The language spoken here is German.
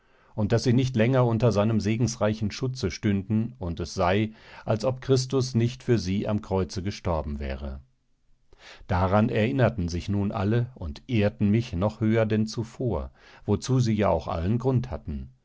auf daß sie nicht länger unter seinem segensreichen schutze stünden und es sei als ob christus nicht für sie am kreuze gestorben wäre daran erinnerten sich nun alle und ehrten mich noch höher denn zuvor wozu sie ja auch allen grund hatten